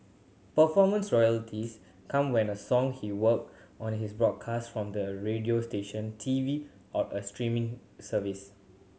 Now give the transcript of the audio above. performance royalties come when a song he worked on is broadcast from the radio station T V or a streaming service